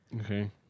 Okay